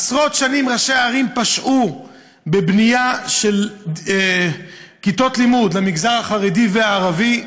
עשרות שנים ראשי ערים פשעו בבנייה של כיתות לימוד למגזר החרדי והערבי,